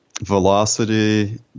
Velocity